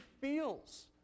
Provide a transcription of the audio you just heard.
feels